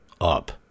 up